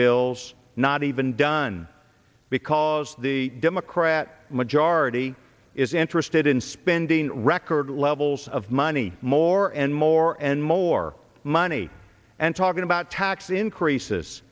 bills not even done because the democrat majority is interested in spending record levels of money more and more and more money and talking about tax increases